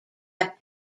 have